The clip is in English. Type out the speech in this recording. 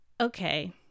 okay